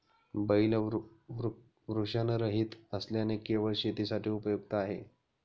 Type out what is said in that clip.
बैल वृषणरहित असल्याने केवळ शेतीसाठी उपयुक्त आहे